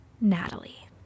Natalie